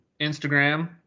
Instagram